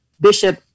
Bishop